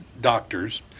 doctors